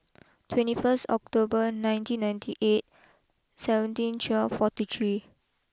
twenty first October nineteen ninety eight seventeen twelve forty three